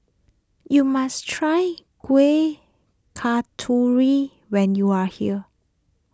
you must try Kuih Kasturi when you are here